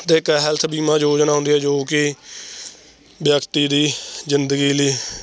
ਅਤੇ ਇੱਕ ਹੈਲਥ ਬੀਮਾ ਯੋਜਨਾ ਆਉਂਦੀ ਹੈ ਜੋ ਕਿ ਵਿਅਕਤੀ ਦੀ ਜ਼ਿੰਦਗੀ ਲਈ